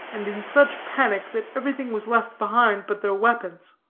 and in such panic that everything was left behind but their weapons.